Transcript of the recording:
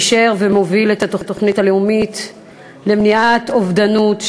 אישר ומוביל את התוכנית הלאומית למניעת אובדנות,